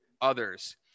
others